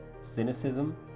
cynicism